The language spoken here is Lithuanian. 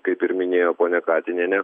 kaip ir minėjo ponia katinienė